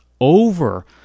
over